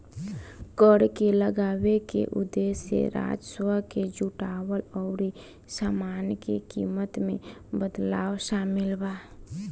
कर लगावे के उदेश्य राजस्व के जुटावल अउरी सामान के कीमत में बदलाव शामिल बा